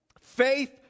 faith